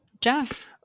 Jeff